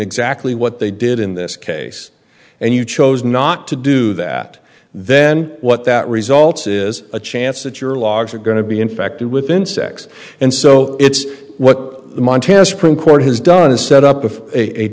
exactly what they did in this case and you chose not to do that then what that results is a chance that your logs are going to be infected with insects and so it's what the montana supreme court has done is set up